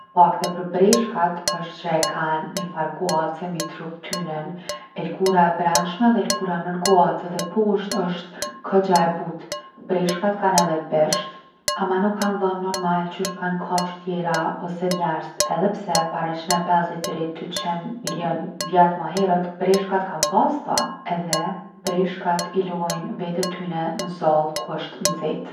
Fakte për breshkat osht që e kan nifar guace mi trup tynin. E lkura e brendshme dhe lkura nër guacë edhe poshtë osht kogja e butë. Breshkat kan edhe bisht ama nuk kan dhom normal qysh kan kafsht tjera ose njerzt. Edhe pse para 150 deri 200 milion vjet ma herët breshkat kan pas dhom. Edhe breshkat i lojn vet e tyne n’zall ku osht nxeht.